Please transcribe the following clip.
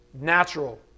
natural